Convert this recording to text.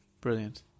Brilliant